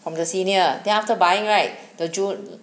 from the senior then after buying right the jun~